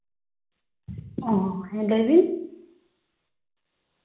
ᱚ ᱦᱮᱸ ᱞᱟᱹᱭ ᱵᱤᱱ